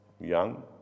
young